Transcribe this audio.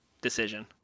decision